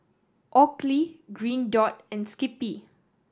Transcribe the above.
Oakley Green Dot and Skippy